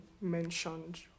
mentioned